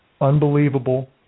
unbelievable